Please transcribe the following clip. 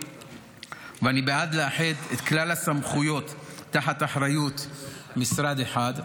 ואני בעד לאחד את כלל הסמכויות תחת אחריות משרד אחד,